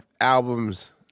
albums